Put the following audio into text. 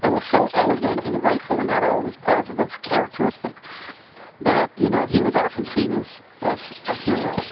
and was so elegant and graceful and had all these positive characteristics that you know he was often seen as as a hero.